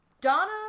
Donna